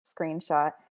screenshot